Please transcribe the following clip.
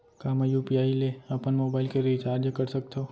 का मैं यू.पी.आई ले अपन मोबाइल के रिचार्ज कर सकथव?